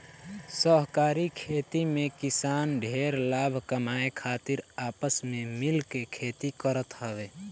सहकारी खेती में किसान ढेर लाभ कमाए खातिर आपस में मिल के खेती करत हवे